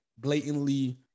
blatantly